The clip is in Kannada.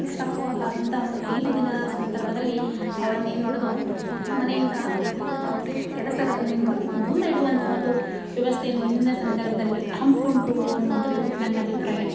ಋತುಸ್ರಾವ ಆದಂಥ ಒಂದು ಐದು ದಿನ ಸಂದರ್ಭದಲ್ಲಿ ಅವ್ಳನ್ನು ಏನು ಮಾಡೋದು ಮನೆಯಿಂದ ಅವಳಿಗೆ ಕೆಲಸಗಳಿಂದ ಏನು ಮಾಡೋದು ದೂರ ಇಡುವಂಥ ಒಂದು ವ್ಯವಸ್ಥೆಯನ್ನು ಹಿಂದಿನ ಸಂದರ್ಭದಲ್ಲಿ ಹಮ್ಮಿಕೊಂಡ್ರೂ ಅನ್ನುವಂಥದ್ದು ನನ್ನ ಅಭಿಪ್ರಾಯ